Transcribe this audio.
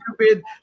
stupid